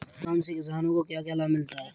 गोदाम से किसानों को क्या क्या लाभ मिलता है?